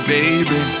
baby